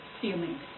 feelings